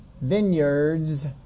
vineyards